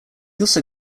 also